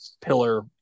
pillar